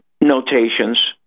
notations